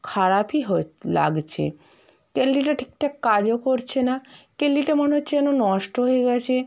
খারাপই লাগছে কেটলিটা ঠিকঠাক কাজও করছে না কেটলিটা মনে হচ্ছে যেন নষ্ট হয়ে গেছে